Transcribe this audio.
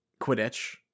Quidditch